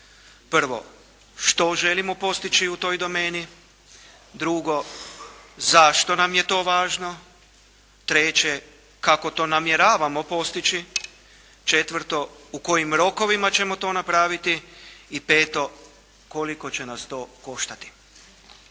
Prvo, što želimo postići u toj domeni? Drugo, zašto nam je to važno? Treće, kako to namjeravamo postići? Četvrto, u kojim rokovima ćemo to napraviti? I peto, koliko će nas to koštati?